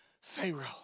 Pharaoh